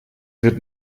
wird